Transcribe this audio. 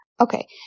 Okay